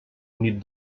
nit